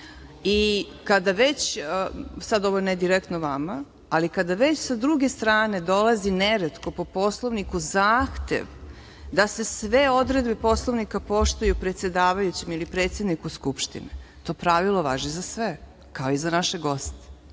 već, sada ovo ne direktno vama, ali kada već sa druge strane dolazi neretko po Poslovniku zahtev da se sve odredbe Poslovnika poštuju predsedavajućem ili predsedniku Skupštine, to pravilo važi za sve, kao i za naše goste.